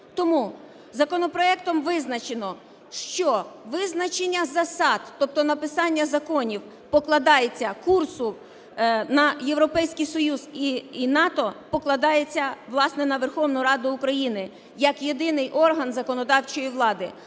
Тому законопроектом визначено, що визначення засад, тобто написання законів покладається… курсу на Європейський Союз і НАТО покладається, власне, на Верховну Раду України як єдиний орган законодавчої влади.